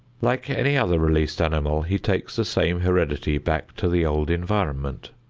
like any other released animal, he takes the same heredity back to the old environment.